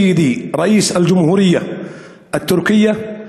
אדוני יושב-ראש הרפובליקה הטורקית,